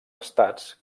estats